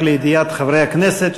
רק לידיעת חברי הכנסת,